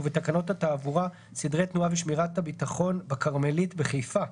ובתקנות התעבורה (סדרי תנועה ושמירת הביטחון בכרמלית בחיפה),